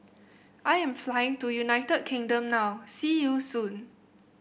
I am flying to United Kingdom now See you soon